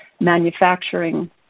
manufacturing